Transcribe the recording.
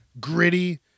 Gritty